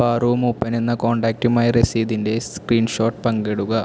പാറു മൂപ്പൻ എന്ന കോൺടാക്റ്റുമായി രസീതിൻ്റെ സ്ക്രീൻഷോട്ട് പങ്കിടുക